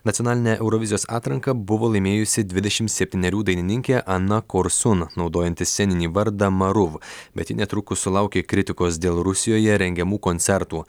nacionalinė eurovizijos atranka buvo laimėjusi dvidešimt septynerių dainininkė ana korsun naudojanti sceninį vardą maruv bet ji netrukus sulaukė kritikos dėl rusijoje rengiamų koncertų